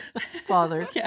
father